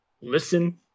listen